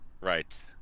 Right